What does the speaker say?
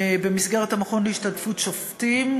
במסגרת המכון להשתלמות שופטים.